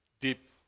deep